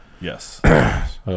Yes